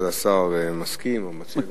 השר מסכים, או מציע.